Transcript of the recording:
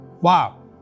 Wow